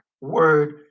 word